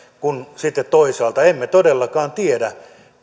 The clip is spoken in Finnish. kun sitten toisaalta emme todellakaan tiedä